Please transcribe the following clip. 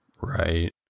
right